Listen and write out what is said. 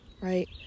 right